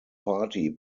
party